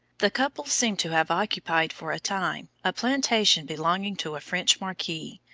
the couple seem to have occupied for a time a plantation belonging to a french marquis,